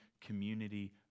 community